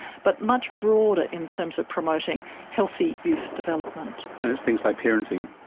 but much broader in terms of promoting healthy youth development. and it's things like parenting?